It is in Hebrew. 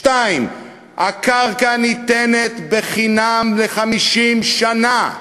2. הקרקע ניתנת בחינם ל-50 שנה,